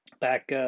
back